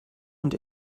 und